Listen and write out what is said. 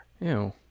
Ew